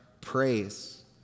Praise